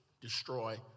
destroy